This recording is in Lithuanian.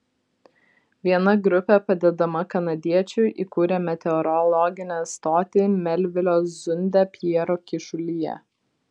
viena grupė padedama kanadiečių įkūrė meteorologinę stotį melvilio zunde pjero kyšulyje